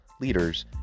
leaders